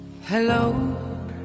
Hello